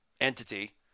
entity